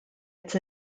its